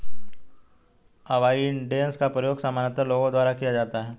avoidance का प्रयोग सामान्यतः लोगों द्वारा किया जाता है